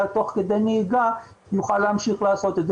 תוך כדי נהיגה יוכל להמשיך לעשות את זה.